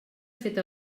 fet